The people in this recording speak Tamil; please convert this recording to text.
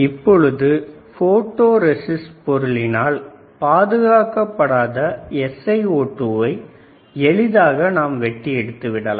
இப்பொழுது போட்டோ ரெஸிஸ்ட் பொருளினால் பாதுகாக்கப்படாத SiO2 வை எளிதாக நாம் வெட்டி எடுத்து விடலாம்